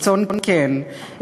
רצון כן ואמיתי,